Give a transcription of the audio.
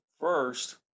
First